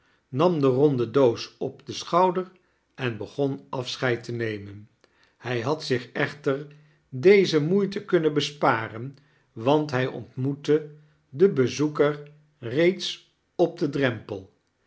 nam de ronde doos op den sehouder en begon afscheid te nemen hij had zich echiter deze moeite kunnen besparen want hij ontmoette den bezoeker reeds op den drempel